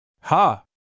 Ha